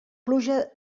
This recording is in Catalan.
pluja